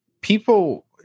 people